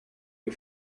you